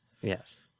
Yes